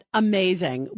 amazing